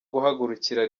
guhagurukira